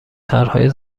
طرحهای